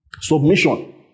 Submission